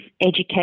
education